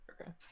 Okay